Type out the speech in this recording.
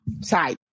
side